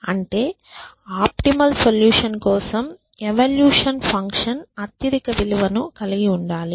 అంటే ఆప్టిమల్ సొల్యూషన్కోసం evolution function అత్యధిక విలువను కలిగి ఉండాలి